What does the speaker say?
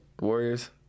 Warriors